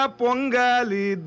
pongali